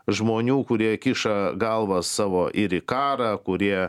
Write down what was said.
žmonių kurie kiša galvas savo ir į karą kurie